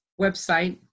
website